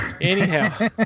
Anyhow